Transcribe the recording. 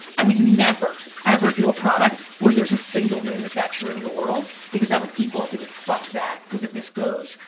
i would never, ever do a product where there's a single manufacturer in the world, because that would default into fuck that because if this goes,